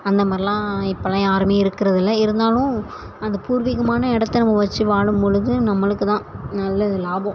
அந்த மாதிரில்லாம் இப்போல்லாம் யாரும் இருக்கிறதில்ல இருந்தாலும் அந்த பூர்வீகமான இடத்த நம்ம வச்சு வாழும் பொழுது நம்மளுக்கு தான் நல்ல லாபம்